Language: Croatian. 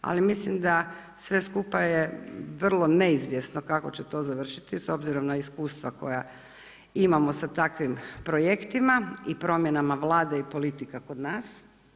Ali mislim da sve skupa je vrlo neizvjesno kako će to završiti s obzirom na iskustva kakva imamo sa takvim projektima i promjenama Vlade i politika kod nas.